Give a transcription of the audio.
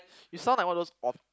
you sound like one of those